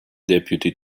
deputy